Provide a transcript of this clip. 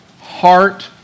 heart